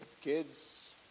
kids